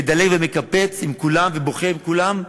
מדלג ומקפץ עם כולם ובוכה עם כולם.